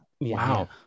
Wow